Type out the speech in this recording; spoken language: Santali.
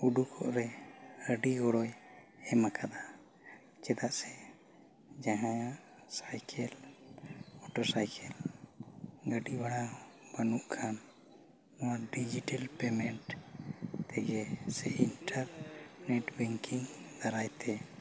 ᱩᱰᱩᱠᱚᱜ ᱨᱮ ᱟᱹᱰᱤ ᱜᱚᱲᱚᱭ ᱮᱢ ᱟᱠᱟᱫᱟ ᱪᱮᱫᱟᱜ ᱥᱮ ᱡᱟᱦᱟᱭᱟᱜ ᱥᱟᱭᱠᱮᱞ ᱢᱚᱴᱚᱨ ᱥᱟᱭᱠᱮᱞ ᱜᱟᱹᱰᱤ ᱵᱷᱟᱲᱟ ᱵᱟᱹᱱᱩᱜ ᱠᱷᱟᱱ ᱰᱤᱡᱤᱴᱮᱞ ᱯᱮᱢᱮᱱᱴ ᱛᱮᱜᱮ ᱥᱮ ᱤᱱᱴᱟᱨᱱᱮᱴ ᱵᱮᱝᱠᱤᱝ ᱫᱟᱨᱟᱡᱛᱮ